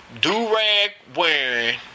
do-rag-wearing